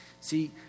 See